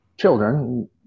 children